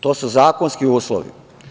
To su zakonski uslovi.